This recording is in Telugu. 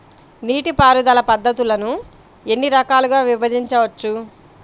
నీటిపారుదల పద్ధతులను ఎన్ని రకాలుగా విభజించవచ్చు?